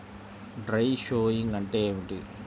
Dry sowing అంటే ఏమిటి?